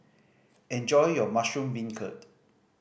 enjoy your mushroom beancurd